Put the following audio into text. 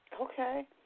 Okay